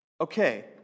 Okay